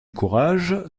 courage